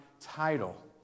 title